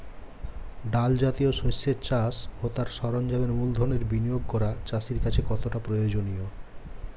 ডাল জাতীয় শস্যের চাষ ও তার সরঞ্জামের মূলধনের বিনিয়োগ করা চাষীর কাছে কতটা প্রয়োজনীয়?